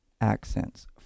accents